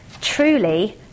Truly